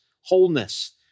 wholeness